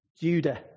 Judah